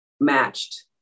matched